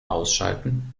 ausschalten